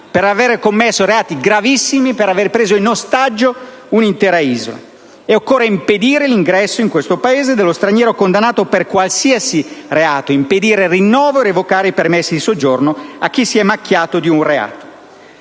per avere commesso reati gravissimi, per aver preso in ostaggio una intera isola. Occorre impedire l'ingresso in questo Paese dello straniero condannato per qualsiasi reato, impedire il rinnovo dei permessi di soggiorno e revocarli a chi si è macchiato di un reato.